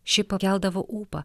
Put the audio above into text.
ši pakeldavo ūpą